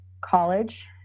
college